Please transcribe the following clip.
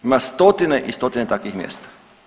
Ima stotine i stotine takvih mjesta.